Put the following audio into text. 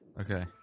Okay